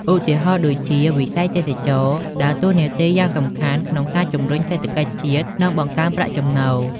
ឧទាហរណ៍ដូចជា វិស័យទេសចរណ៍ដើរតួនាទីយ៉ាងសំខាន់ក្នុងការជំរុញសេដ្ឋកិច្ចជាតិ និងបង្កើនប្រាក់ចំណូល។